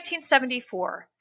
1974